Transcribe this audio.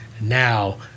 now